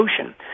ocean